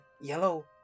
yellow